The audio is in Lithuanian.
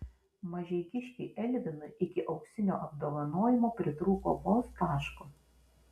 mažeikiškiui elvinui iki auksinio apdovanojimo pritrūko vos taško